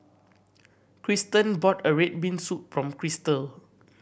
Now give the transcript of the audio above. Krysten bought a red bean soup for Kristal